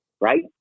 right